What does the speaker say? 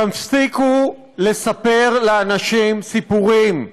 תפסיקו לספר לאנשים סיפורים.